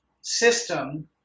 system